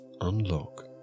unlock